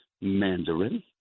mandarin